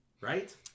Right